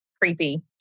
creepy